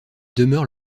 demeure